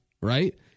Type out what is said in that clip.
right